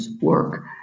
work